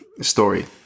story